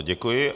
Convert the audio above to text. Děkuji.